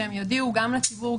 שהם יודיעו גם לציבור,